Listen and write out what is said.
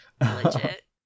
Legit